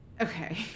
Okay